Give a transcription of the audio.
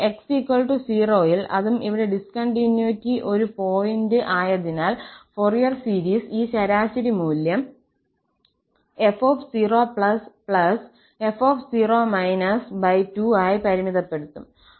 അതിനാൽ 𝑥 0 ൽ അതും ഇവിടെ ഡിസ്കൌണ്ടിന്യൂറ്റി ഒരു പോയിന്റ് ആയതിനാൽ ഫൊറിയർ സീരീസ് ഈ ശരാശരി മൂല്യം f0f0 2 ആയി പരിമിതപ്പെടുത്തും